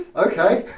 okay.